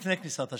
לפני כניסת השבת,